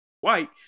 white